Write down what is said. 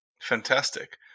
Fantastic